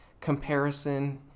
comparison